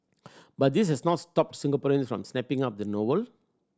but this has not stopped Singaporean from snapping up the novel